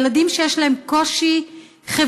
ילדים שיש להם קושי חברתי,